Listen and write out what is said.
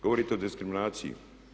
Govorite o diskriminaciji.